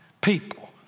people